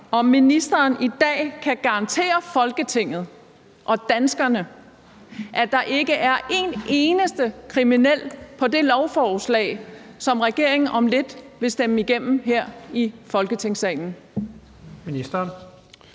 om ministeren i dag kan garantere Folketinget og danskerne, at der ikke er én eneste kriminel på det lovforslag, som regeringen om lidt vil stemme igennem her i Folketingssalen.